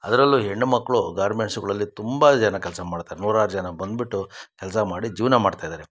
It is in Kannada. ಅದರಲ್ಲೂ ಹೆಣ್ಣುಮಕ್ಕಳು ಗಾರ್ಮೆಂಟ್ಸುಗಳಲ್ಲಿ ತುಂಬ ಜನ ಕೆಲಸ ಮಾಡ್ತಾರೆ ನೂರಾರು ಜನ ಬಂದುಬಿಟ್ಟು ಕೆಲಸ ಮಾಡಿ ಜೀವನ ಮಾಡ್ತಾ ಇದ್ದಾರೆ